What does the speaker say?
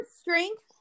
strength